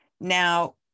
Now